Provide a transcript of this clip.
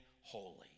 holy